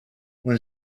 when